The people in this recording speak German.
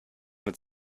mit